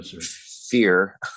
fear